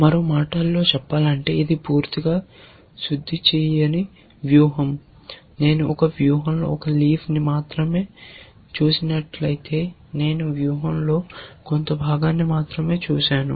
మరో మాటలో చెప్పాలంటే ఇది పూర్తిగా శుద్ధి చేయని వ్యూహం నేను ఒక వ్యూహంలో ఒక లీఫ్ ని మాత్రమే చూసినట్లయితే నేను వ్యూహంలో కొంత భాగాన్ని మాత్రమే చూశాను